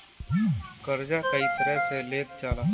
कर्जा कई तरह से लेहल जाला